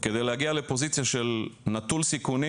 וכדי להגיע לפוזיציה של נטול סיכונים,